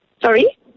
Sorry